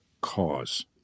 cause